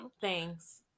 Thanks